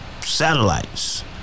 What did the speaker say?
satellites